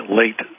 late